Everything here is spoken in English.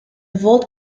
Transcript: vault